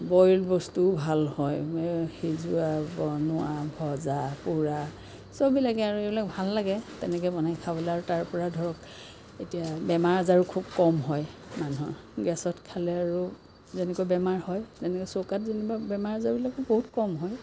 boil বস্তুও ভাল হয় সিজোৱা বনোৱা ভজা পোৰা সববিলাকেই আৰু এইবিলাক ভাল লাগে তেনেকৈ বনাই খাবলৈ আৰু তাৰ পৰা ধৰক এতিয়া বেমাৰ আজৰো খুব কম হয় মানুহৰ গেছত খালে আৰু যেনেকৈ বেমাৰ হয় চৌকাত যেনিবা বেমাৰ আজাৰবিলাকো বহুত কম হয়